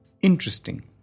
Interesting